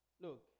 look